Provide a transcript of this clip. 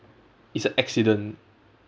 it's a accident